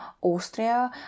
Austria